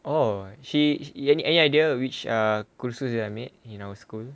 oh she any idea which err kursus she admit in our school